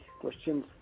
questions